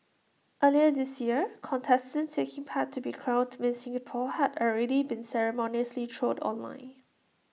earlier this year contestants taking part to be crowned miss Singapore had already been ceremoniously trolled online